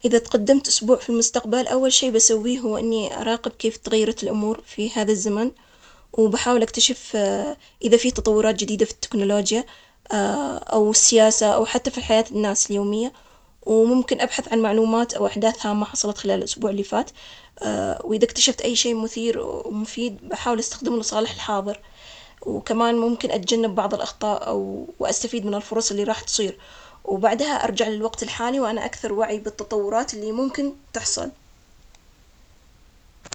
انا إذا تقدمت أسبوع في المستقبل، أشوف كيف تغيرت الأمور سواء في حياتي الشخصية أو بالأحداث اللي حولي, بحاول أتعرف على الجديد وأشوف إذا في أي تطورات في عمل أو مشاريع، وبعدين أستفيد من هذه المعلومات عشان أعدل خططي وأكون مستعد للشياء القادمة, وبالأخير، بستمتع بالتجارب الجديدة اللي صارت في هذا الأسبوع.